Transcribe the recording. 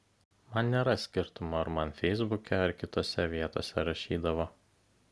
man nėra skirtumo ar man feisbuke ar kitose vietose rašydavo